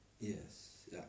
Yes